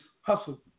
hustle